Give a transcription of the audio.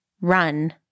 Run